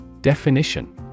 Definition